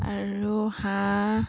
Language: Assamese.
আৰু হাঁহ